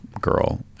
girl